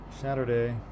saturday